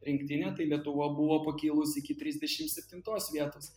rinktinę tai lietuva buvo pakilus iki trisdešim septintos vietos